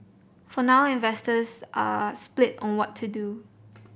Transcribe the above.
for now investors are split on what to do